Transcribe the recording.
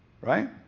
right